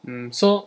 mm so